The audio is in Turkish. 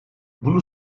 bunu